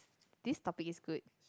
this topic is good